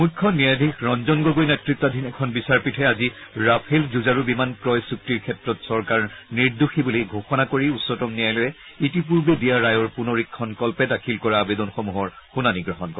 মুখ্য ন্যায়াধীশ ৰঞ্জন গগৈ নেতৃতাধীন এখন বিচাৰপীঠে আজি ৰাফেল যূঁজাৰু বিমান ক্ৰয় চুক্তিৰ ক্ষেত্ৰত চৰকাৰ নিৰ্দোষী বুলি ঘোষণা কৰি উচ্চতম ন্যায়ালয়ে ইতিপূৰ্বে দিয়া ৰায়ৰ পুনৰীক্ষণকল্পে দাখিল কৰা আবেদনসমূহৰ শুনানী গ্ৰহণ কৰে